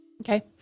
Okay